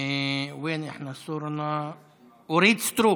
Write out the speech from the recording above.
אורית סטרוק,